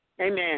Amen